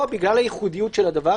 פה בגלל הייחודיות של זה,